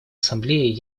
ассамблеей